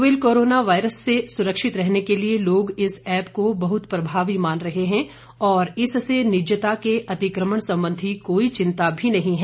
novel corona virus से सुरक्षित रहने के लिए लोग इस ऐप को बहुत प्रभावी मान रहे हैं और इससे निजता के अतिक्रमण संबंधी कोई चिंता भी नहीं है